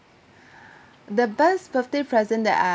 the best birthday present that I